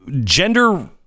gender